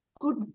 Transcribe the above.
good